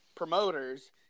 promoters